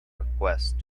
request